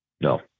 No